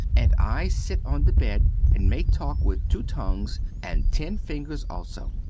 and i sit on the bed and make talk with two tongues and ten fingers also.